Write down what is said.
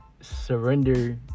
surrender